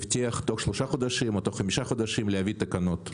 הבטיח תוך שלושה חודשים או חמישה חודשים להביא תקנות.